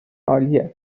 عالیه